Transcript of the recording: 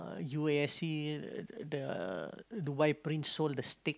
uh u_a_s_c uh uh the Dubai prince sold the stake